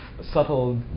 subtle